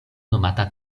nomata